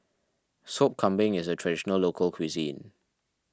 Sop Kambing is a Traditional Local Cuisine